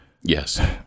Yes